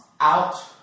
out